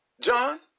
John